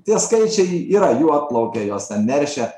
tie skaičiai yra jų atplaukia jos ten neršia